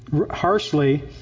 harshly